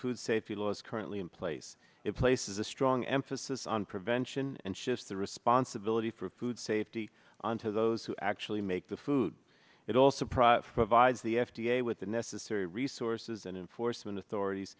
food safety laws currently in place it places a strong emphasis on prevention and shift the responsibility for food safety on to those who actually make the food it also product for vides the f d a with the necessary resources and in force when authorities